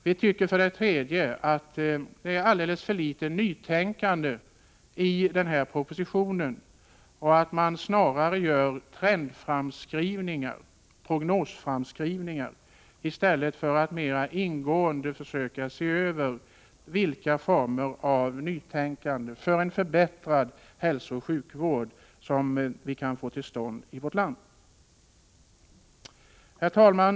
Vi tycker vidare att det är alldeles för litet nytänkande i propositionen. Man gör snarare trendframskrivningar och prognosframskrivningar i stället för att försöka mera ingående se över vilka former av nytänkande för en förbättrad hälsooch sjukvård som vi kan få till stånd i vårt land. Herr talman!